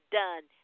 done